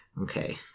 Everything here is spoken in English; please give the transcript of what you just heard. Okay